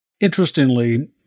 Interestingly